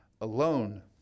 alone